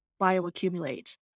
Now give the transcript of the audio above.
bioaccumulate